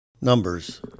Numbers